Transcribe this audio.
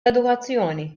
edukazzjoni